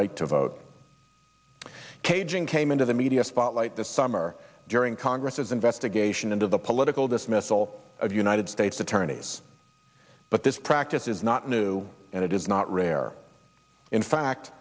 right to vote caging came into the media spotlight this summer during congress's investigation into the political dismissal of united states attorneys but this practice is not new and it is not rare in fact